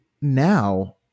Now